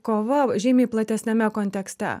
kova žymiai platesniame kontekste